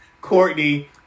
Courtney